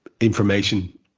Information